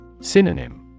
Synonym